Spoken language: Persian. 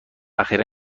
اخیرا